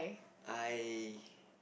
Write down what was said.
I